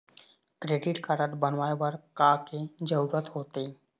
Credit card बनवाए बर का के जरूरत होते?